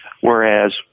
whereas